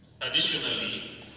Additionally